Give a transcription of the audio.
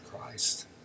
Christ